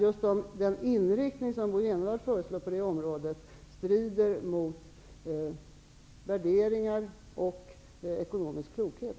Men den inriktning som Bo Jenevall föreslår på det området strider mot värderingar och ekonomisk klokhet.